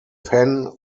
penn